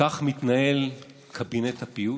כך מתנהל קבינט הפיוס?